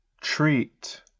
Treat